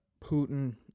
Putin